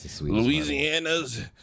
Louisiana's